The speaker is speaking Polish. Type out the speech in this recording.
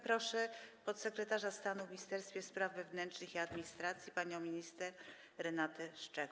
Proszę podsekretarz stanu w Ministerstwie Spraw Wewnętrznych i Administracji panią minister Renatę Szczęch.